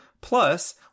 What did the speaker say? Plus